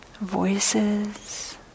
voices